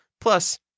Plus